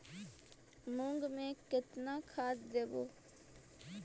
मुंग में केतना खाद देवे?